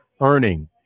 Earning